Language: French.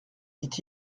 dit